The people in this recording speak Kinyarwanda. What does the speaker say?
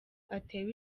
atewe